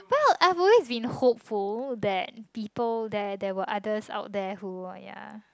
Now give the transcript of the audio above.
well I always be hopeful that people there there were others out there who are ya